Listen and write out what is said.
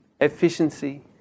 efficiency